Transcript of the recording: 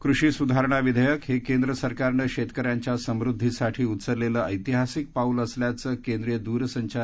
कृषी सुधारणा विधेयकं हे केंद्रसरकारनं शेतकऱ्यांच्या समृद्धीसाठी उचललेलं ऐतिहासिक पाऊल असल्याचं केंद्रीय दूरसंचार